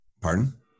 Pardon